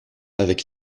avec